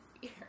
fear